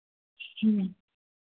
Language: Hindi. ह्म्म